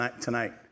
tonight